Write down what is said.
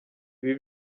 ibi